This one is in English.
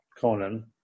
Conan